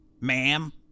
ma'am